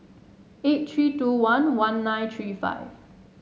eight three two one one nine three five